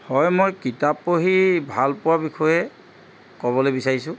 হয় মই কিতাপ পঢ়ি ভাল পোৱা বিষয়ে ক'বলৈ বিচাৰিছোঁ